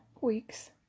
weeks